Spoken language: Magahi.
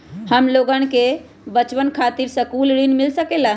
हमलोगन के बचवन खातीर सकलू ऋण मिल सकेला?